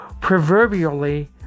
Proverbially